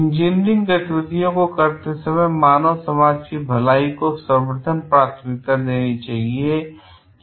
engineering गतिविधियों को करते समय मानव समाज की भलाई को सर्वप्रथम प्राथमिकता पर रखा जाना चाहिए